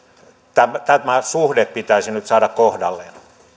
tämä suhde pitäisi nyt saada kohdalleen